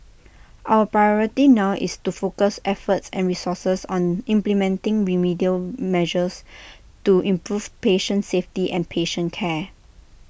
our priority now is to focus efforts and resources on implementing remedial measures to improve patient safety and patient care